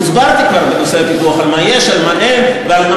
אין פיקוח על הכסף?